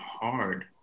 hard